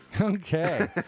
Okay